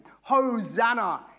Hosanna